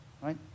right